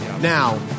Now